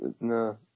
No